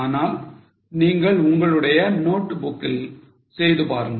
ஆனால் நீங்கள் உங்களுடைய நோட் புக்கில் செய்து பாருங்கள்